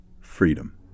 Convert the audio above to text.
Freedom